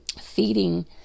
feeding